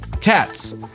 Cats